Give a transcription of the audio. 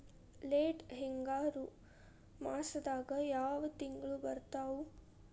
Late ಹಿಂಗಾರು ಮಾಸದಾಗ ಯಾವ್ ತಿಂಗ್ಳು ಬರ್ತಾವು?